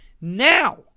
now